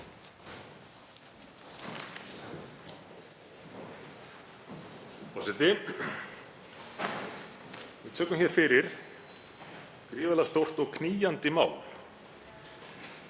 Forseti. Við tökum hér fyrir gríðarlega stórt og knýjandi mál,